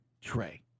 Trey